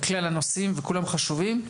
בכלל הנושאים וכולם חשובים.